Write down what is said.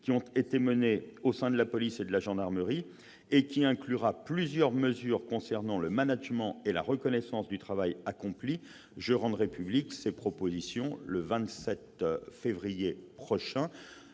inédites menées au sein de la police et de la gendarmerie et qui inclura plusieurs mesures concernant le management et la reconnaissance du travail accompli. Je rendrai ces mesures publiques le 27 février prochain,